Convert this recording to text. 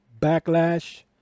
backlash